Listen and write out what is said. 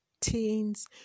teens